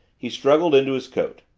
he struggled into his coat.